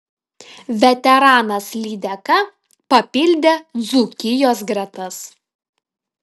veteranas lydeka papildė dzūkijos gretas